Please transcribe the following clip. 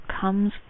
comes